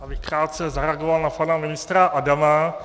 Já bych krátce zareagoval na pana ministra Adama.